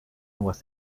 was